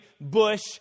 bush